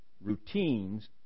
routines